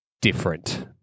different